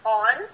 on